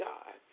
God